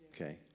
okay